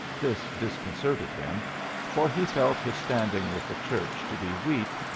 this disconcerted him for he felt his standing with the church to be weak,